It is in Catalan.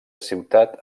ciutat